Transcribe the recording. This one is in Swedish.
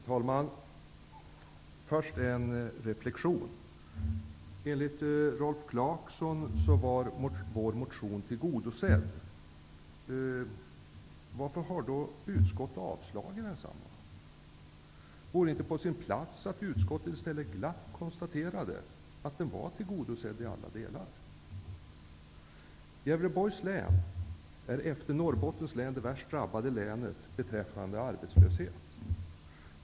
Herr talman! Jag vill först göra en reflexion. Enligt Rolf Clarkson var vår motion tillgodosedd. Varför har utskottet då avstyrkt den? Hade det inte varit på sin plats att utskottet i stället glatt hade konstaterat att den var tillgodosedd i alla delar? Gävleborgs län är efter Norrbottens län det värst drabbade länet i fråga om arbetslöshet.